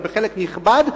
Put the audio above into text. אבל בחלק נכבד,